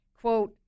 quote